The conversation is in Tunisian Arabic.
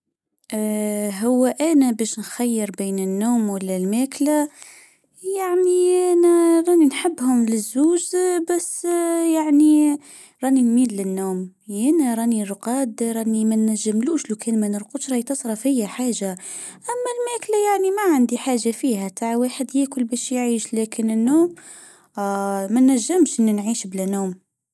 اه هو انا بش نخير بين النوم ولا الماكلة. يعني انا راني نحبهم للزوح اه يعني راني راني رقاد دايرة لنا ما نكملوش لو كان ما نقص راهي طفرة فيا حاجة. اما الماكلة يعني ما عندي والحديث لكن النوم آآ منجمش نعيش بلا نوم